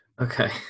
Okay